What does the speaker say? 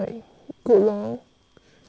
to even try hor